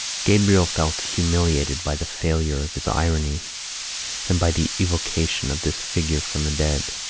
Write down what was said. gabriel felt humiliated by the failure of his irony and by the evocation of this figure from the dead,